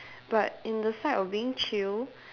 but in the sight of being chill